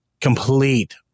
complete